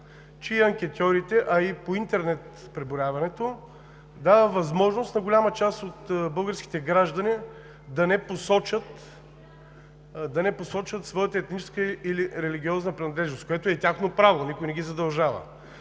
и анкетьорите, и преброяването по интернет дава възможност на голяма част от българските граждани да не посочат своята етническа или религиозна принадлежност – което е тяхно право и никой не ги задължава.